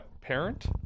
parent